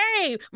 hey